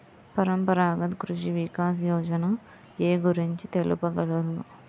పరంపరాగత్ కృషి వికాస్ యోజన ఏ గురించి తెలుపగలరు?